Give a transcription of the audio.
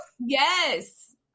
yes